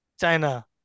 China